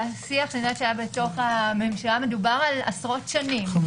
לפי השיח שהיה בממשלה מדובר על עשרות שנים,